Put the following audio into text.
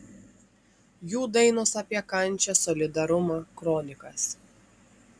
jų dainos yra apie kančią solidarumą kronikas